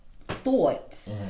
thoughts